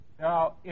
Now